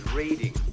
reading